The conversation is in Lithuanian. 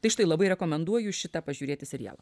tai štai labai rekomenduoju šitą pažiūrėti serialą